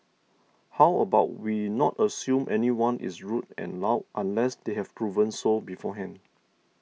how about we not assume anyone is rude and loud unless they have proven so beforehand